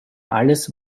alles